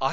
i